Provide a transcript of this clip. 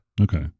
Okay